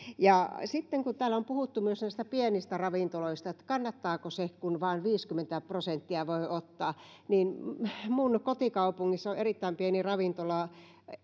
sitten kun täällä on puhuttu myös näistä pienistä ravintoloista että kannattaako se kun vain viisikymmentä prosenttia voi ottaa niin minun kotikaupungissani on erittäin pieni ravintola